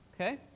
Okay